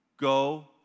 Go